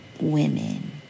women